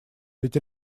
ведь